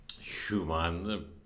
Schumann